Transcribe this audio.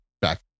back